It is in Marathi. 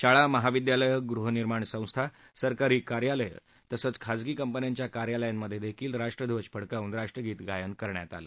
शाळा महाविद्यालयं गृहनिर्माण संस्था सरकारी कार्यालयं तसंच खासगी कंपन्यांच्या कार्यालयांमधेही राष्ट्रध्वज फडकावून राष्ट्रगीत गायन करण्यात आलं